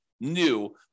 new